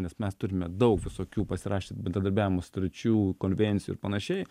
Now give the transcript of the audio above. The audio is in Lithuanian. nes mes turime daug visokių pasirašę bendradarbiavimo sutarčių konvencijų ir panašiai